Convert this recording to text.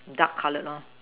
dark colored lor